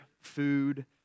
food